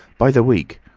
by the week.